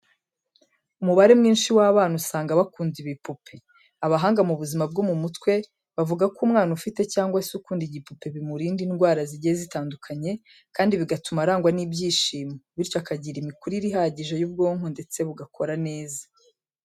Umubare mwinshi w'abana usanga bakunda ibipupe. Abahanga mu buzima bwo mu mutwe, bavuga ko umwana ufite cyangwa se ukunda igipupe bimurinda indwara zigiye zitandukanye, kandi bigatuma arangwa n'ibyishimo, bityo akagira imikurire ihagije y'ubwonko ndetse bugakora neza.